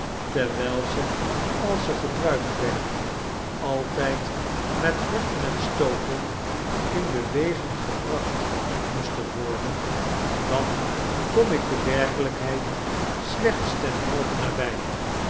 terwijl ze als ze gebruikt werden kerstvertellingen altijd met horten en stooten in bewaging gebracht mioesten worden dan koxn ik de werkelijkheid siecbts ten halve